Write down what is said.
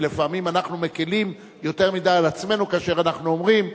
כי לפעמים אנחנו מקלים יותר מדי על עצמנו כאשר אנחנו אומרים: